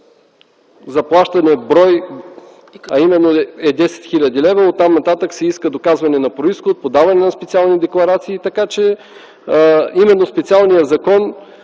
за плащане в брой е именно 10 хил. лв. Оттам нататък се иска доказване на произход, подаване на специални декларации. Така че именно специалният закон